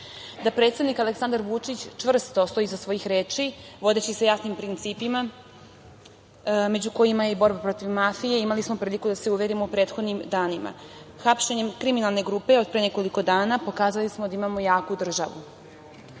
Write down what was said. Da predsednik Aleksandar Vučić čvrsto stoji iza svojih reči, vodeći se jasnim principima, među kojima je i borba protiv mafije, imali smo priliku da se uverimo u prethodnim danima. Hapšenjem kriminalne grupe od pre nekoliko dana pokazali smo da imamo jaku državu.